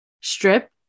strip